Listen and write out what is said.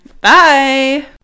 bye